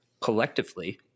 collectively